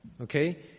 Okay